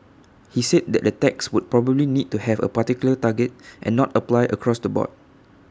he said that the tax would probably need to have A particular target and not apply across the board